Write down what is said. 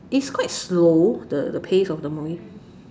is quite slow the the pace of the movie